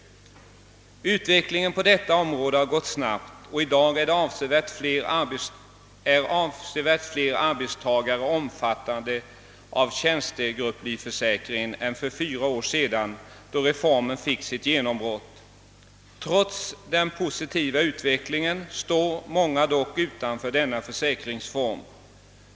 Utvecklingen på detta område har gått snabbt, och i dag omfattas avsevärt fler arbetstagare av tjänstegrupplivförsäkringen än för fyra år sedan, då reformen fick sitt genombrott. Trots den positiva utvecklingen står dock många utanför denna försäkringsform.